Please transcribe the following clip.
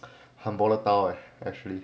很 volatile leh actually